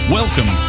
welcome